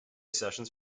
sessions